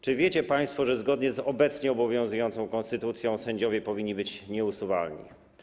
Czy wiecie państwo, że zgodnie z obecnie obowiązującą konstytucją sędziowie powinni być nieusuwalni?